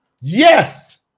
Yes